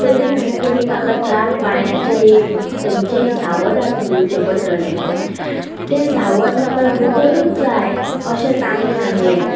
पयलीं म्हळ्यार तुमी म्हाका चार पांयाचे एक खंयचे सावद हाडून दिवचें पडटले तें सावद म्हाका डुकोरूच जाय अशें ताणी सांगले